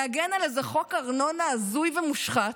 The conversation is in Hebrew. להגן על איזה חוק ארנונה הזוי ומושחת.